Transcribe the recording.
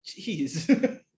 Jeez